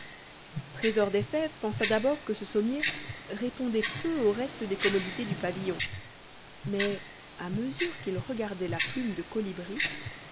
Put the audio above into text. trésor des fèves pensa d'abord que ce sommier répondait peu au reste des commodités du pavillon mais à mesure qu'il regardait la plume de colibri